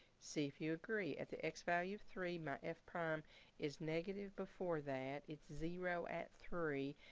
see if you agree at the x value of three my f prime is negative before that, it's zero at three,